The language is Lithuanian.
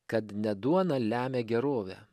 kad ne duona lemia gerovę